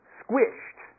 squished